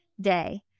day